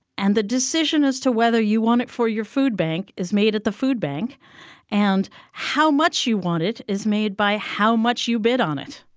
and the decision as to whether you want it for your food bank is made at the food bank and how much you want it is made by how much you bid on it?